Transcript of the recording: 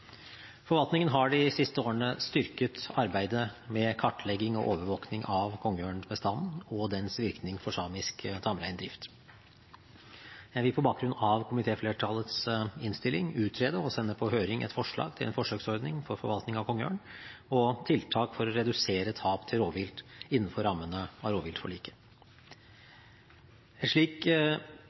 Forvaltningen har de siste årene styrket arbeidet med kartlegging og overvåkning av kongeørnbestanden og dens virkning for samisk tamreindrift. Jeg vil på bakgrunn av komitéflertallets innstilling utrede og sende på høring et forslag til en forsøksordning for forvaltning av kongeørn og tiltak for å redusere tap til rovvilt innenfor rammene av rovviltforliket. Et slikt prosjekt må utformes på en slik